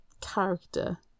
character